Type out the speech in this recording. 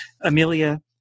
Amelia